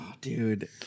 dude